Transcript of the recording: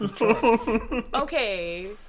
Okay